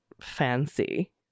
fancy